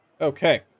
Okay